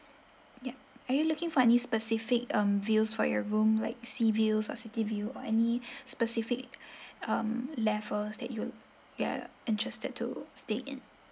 yup are you looking for any specific um views for your room like sea view or city view or any specific um levels that you you're interested to stay in